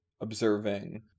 observing